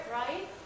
right